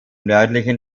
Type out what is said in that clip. nördlichen